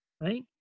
right